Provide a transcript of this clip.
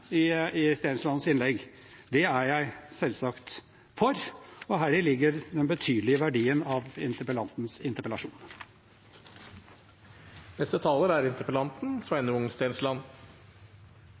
i Stenslands innlegg, er jeg selvsagt for. Og heri ligger den betydelige verdien av interpellantens interpellasjon. Jeg vil gjerne takke min kjære kollega Grimstad, som som regel er